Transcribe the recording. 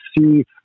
see